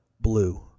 blue